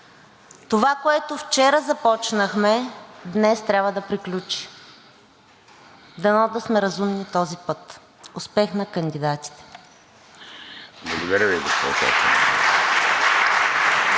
Това, което вчера започнахме, днес трябва да приключи. Дано да сме разумни този път! Успех на кандидатите! (Ръкопляскания